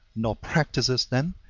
nor practices them,